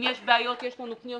אם יש בעיות, יש לנו פניות